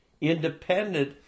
independent